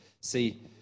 See